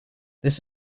this